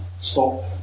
stop